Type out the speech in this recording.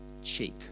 cheek